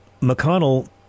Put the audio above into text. McConnell